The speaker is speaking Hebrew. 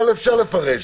אפשר לפרש.